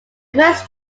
first